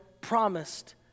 promised